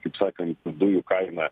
kaip sakant dujų kaina